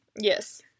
Yes